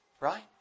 Right